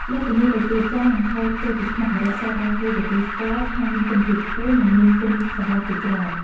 លើសពីនេះ ទៅទៀត ចាន និងថូធ្វើពីខ្មុកម្រ័ក្សណ៍ ត្រូវបានគេទទួលស្គាល់ថាមានគុណភាពខ្ពស់ និងមានគុណសម្បត្តិជាច្រើន។